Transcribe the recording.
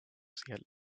sehr